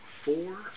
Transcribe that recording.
four